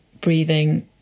breathing